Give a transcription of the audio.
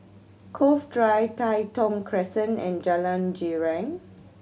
Cove Drive Tai Thong Crescent and Jalan Girang